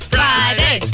Friday